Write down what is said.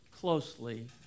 closely